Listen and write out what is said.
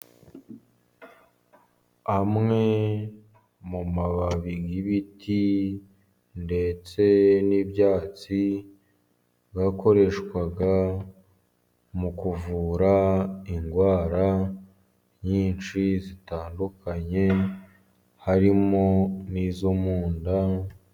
Amwe mu mababi y'ibiti ndetse n'ibyatsi, yakoreshwaga mu kuvura indwara nyinshi zitandukanye harimo n'izo mu nda...